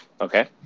Okay